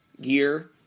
gear